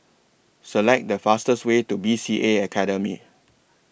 Select The fastest Way to B C A Academy